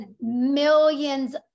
millions